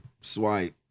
Swipe